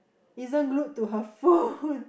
isn't glued to her phone